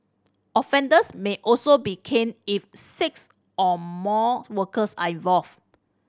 offenders may also be caned if six or more workers are involved